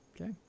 okay